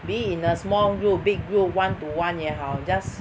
be it in a small group big group one to one 也好 just